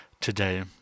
today